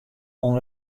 oan